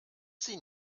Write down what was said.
sie